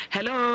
Hello